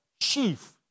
chief